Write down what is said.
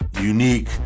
unique